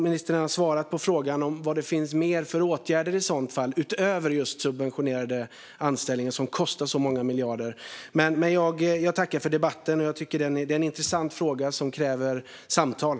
Ministern har redan svarat på frågan om vilka åtgärder det finns utöver subventionerade anställningar, som kostar så många miljarder. Jag tackar för debatten, och jag tycker att det här är en intressant fråga som kräver samtal.